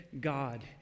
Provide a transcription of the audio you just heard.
God